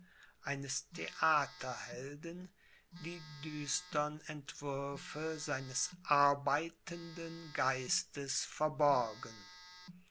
eines theaterhelden die düstern entwürfe seines arbeitenden geistes verborgen